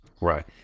right